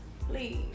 please